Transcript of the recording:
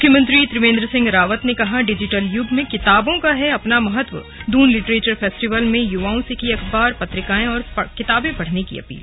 मुख्यमंत्री त्रिवेंद्र सिहं ने कहा डिजिटल युग में किताबों का है अपना महत्वदून लिटरेचर फेस्टिवल में युवाओं से की अखबार पत्रिकाएं और किताबें पढ़ने की अपील